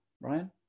ryan